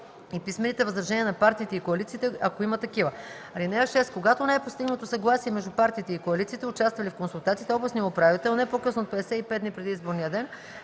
и писмените възражения на партиите и коалициите, ако има такива. (6) Когато не е постигнато съгласие между партиите и коалициите, участвали в консултациите, областният управител не по-късно от 55 дни преди изборния ден